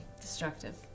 Destructive